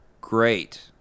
great